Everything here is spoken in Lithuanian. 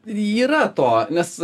yra to nes